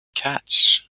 catch